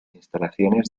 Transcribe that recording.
instalaciones